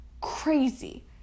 crazy